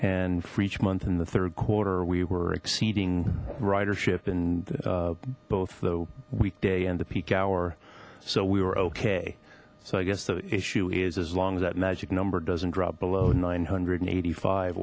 and for each month in the third quarter we were exceeding ridership and both the weekday and the peak hour so we were okay so i guess the issue is as long as that magic number doesn't drop below nine hundred and eighty five